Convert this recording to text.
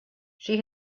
she